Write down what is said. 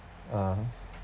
ah